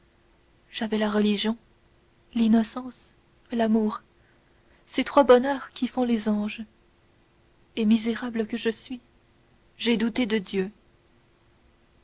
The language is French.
j'avais la religion l'innocence l'amour ces trois bonheurs qui font les anges et misérable que je suis j'ai douté de dieu